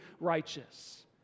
righteous